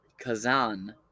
Kazan